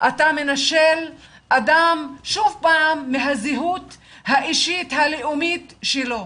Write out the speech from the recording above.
אתה מנשל אדם שוב פעם מהזהות האישית הלאומית שלו.